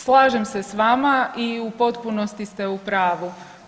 Slažem se s vama i u potpunosti ste u pravu.